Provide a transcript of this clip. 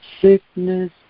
Sickness